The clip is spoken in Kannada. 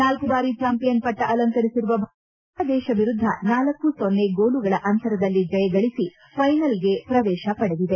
ನಾಲ್ಕು ಬಾರಿ ಚಾಂಪಿಯನ್ ಪಟ್ಟ ಅಲಂಕರಿಸಿರುವ ಭಾರತ ತಂಡ ಬಾಂಗ್ಲಾದೇಶ ವಿರುದ್ದ ಳ ಂ ಗೋಲುಗಳ ಅಂತರದಲ್ಲಿ ಜಯಗಳಿಸಿ ಫೈನಲ್ಗೆ ಪ್ರವೇಶ ಪಡೆದಿದೆ